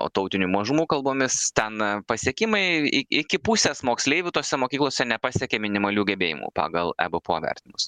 o tautinių mažumų kalbomis ten pasiekimai iki pusės moksleivių tose mokyklose nepasiekė minimalių gebėjimų pagal ebpo vertinimus